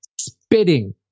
spitting